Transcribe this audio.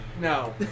No